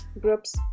groups